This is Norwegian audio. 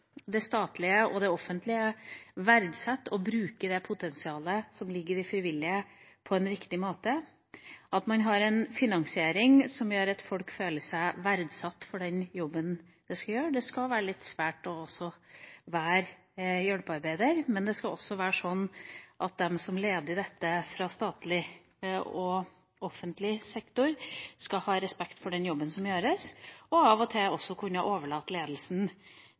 det statlige og det offentlige verdsetter og bruker det potensialet som ligger i frivilligheten, på en riktig måte. Man må ha en finansiering som gjør at folk føler at den jobben de gjør, verdsettes. Det skal være litt svært å være hjelpearbeider. Men også de som leder dette fra statlig og offentlig sektors side, skal ha respekt for den jobben som gjøres, og av og til må ledelsen også kunne